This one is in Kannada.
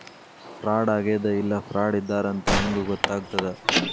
ಫ್ರಾಡಾಗೆದ ಇಲ್ಲ ಫ್ರಾಡಿದ್ದಾರಂತ್ ಹೆಂಗ್ ಗೊತ್ತಗ್ತದ?